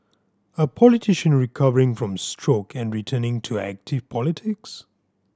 a politician recovering from stroke and returning to active politics